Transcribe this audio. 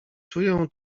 czuję